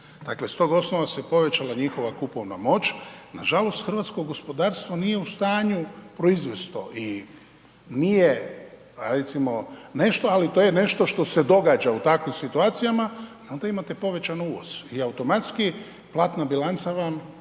Dakle, s tog osnova se povećala njihova kupovna moć, nažalost hrvatsko gospodarstvo nije u stanju proizvest to i nije recimo nešto, ali to je nešto što se događa u takvim situacija i onda imate povećan uvoz i automatski platna bilanca vam je